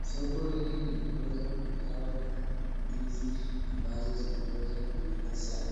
Soko hili limeweza kujawa na ndizi ambazo zimeweza kuiva sana.